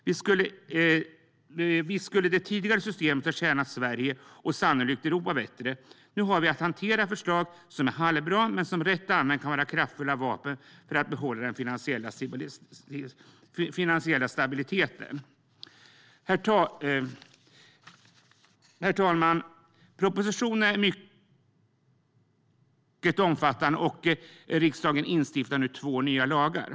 Visst skulle det tidigare systemet ha tjänat Sverige och sannolikt Europa bättre. Nu har vi att hantera ett förslag som är halvbra men som rätt använt kan vara ett kraftfullt vapen för att behålla den finansiella stabiliteten. Herr talman! Propositionen är mycket omfattande, och riksdagen instiftar nu två nya lagar.